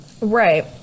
Right